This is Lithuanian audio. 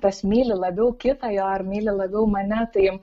tas myli labiau kitą jo ar myli labiau mane tai